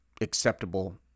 acceptable